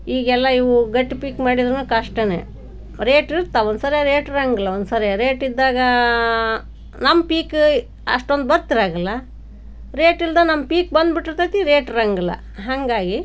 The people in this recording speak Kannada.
ಈಗೆಲ್ಲ ಇವು ಗಟ್ಟಿ ಪೀಕು ಮಾಡಿದ್ರೂನೂ ಕಷ್ಟಾನೇ ರೇಟ್ ಇರ್ತವೆ ಒಂದುಸರಿ ರೇಟ್ ಇರೋಂಗಿಲ್ಲ ಒಂದುಸರಿ ರೇಟ್ ಇದ್ದಾಗ ನಮ್ಮ ಪೀಕು ಅಷ್ಟೊಂದು ಬರ್ತಿರೋಂಗಿಲ್ಲ ರೇಟ್ ಇಲ್ದೇ ನಮ್ಮ ಪೀಕು ಬಂದ್ಬಿಟ್ಟಿರ್ತದೆ ರೇಟ್ ಇರೋಂಗಿಲ್ಲ ಹಾಗಾಗಿ